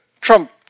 Trump